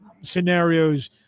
scenarios